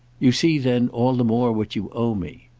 you see then all the more what you owe me.